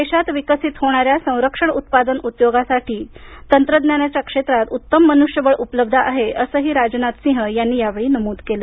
देशात विकसीत होणाऱ्या संरक्षण उत्पादन उद्योगासाठी तंत्रज्ञानाच्या क्षेत्रात उत्तम मनुष्यबळ उपलब्ध आहे असंही राजनाथसिंह यांनी नमूद केलं